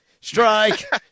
strike